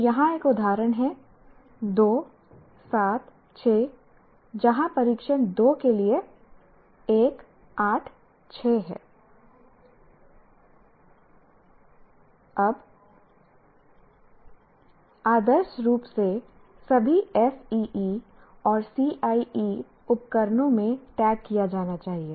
तो यहां एक उदाहरण है 2 7 6 जहां परीक्षण 2 के लिए 1 8 6 आदर्श रूप से सभी SEE और CIE उपकरणों में टैग किया जाना चाहिए